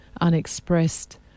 unexpressed